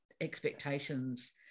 expectations